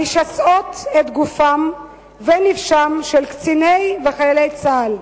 המשסעים את גופם ונפשם של קציני וחיילי צה"ל,